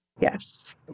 Yes